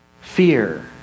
fear